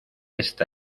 esta